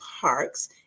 parks